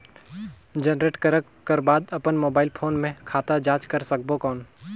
Generate करक कर बाद अपन मोबाइल फोन मे खाता जांच कर सकबो कौन?